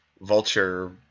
vulture